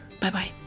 bye-bye